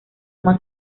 más